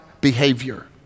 behavior